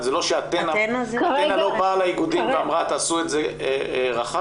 זה לא ש"אתנה" באה לאיגודים ואמרה 'תעשו את זה רחב'?